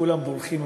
כולם בורחים,